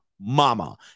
mama